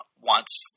wants